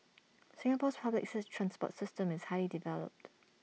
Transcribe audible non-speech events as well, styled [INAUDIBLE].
[NOISE] Singapore's public's transport system is highly developed